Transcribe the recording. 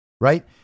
right